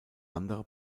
andere